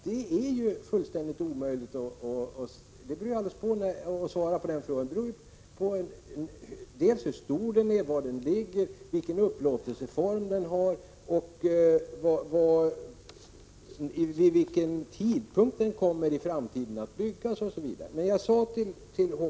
Det är ju fullständigt omöjligt att svara på den frågan; det beror ju på hur stor lägenheten är, var den ligger, vilken upplåtelseform den har, vid vilken tidpunkt i framtiden den kommer att byggas osv.